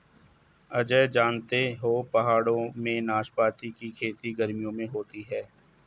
अजय जानते हो पहाड़ों में नाशपाती की खेती गर्मियों में होती है